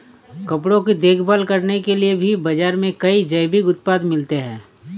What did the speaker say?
कपड़ों की देखभाल करने के लिए भी बाज़ार में कई जैविक उत्पाद मिलते हैं